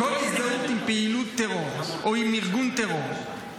כל הזדהות עם פעילות טרור או ארגון טרור,